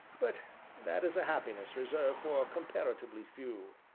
but that is a happiness reserved for comparatively few.